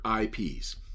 IPs